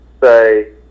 say